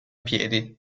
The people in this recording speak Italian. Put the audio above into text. piedi